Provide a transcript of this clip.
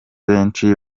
benshi